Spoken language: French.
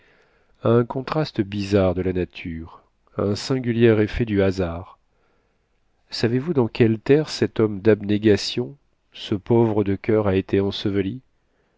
un contraste bizarre de la nature à un singulier effet du hasard savez-vous dans quelle terre cet homme d'abnégation ce pauvre de cur a été enseveli